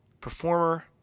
performer